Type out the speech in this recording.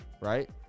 right